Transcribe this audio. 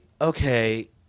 Okay